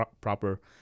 proper